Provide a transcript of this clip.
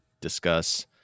discuss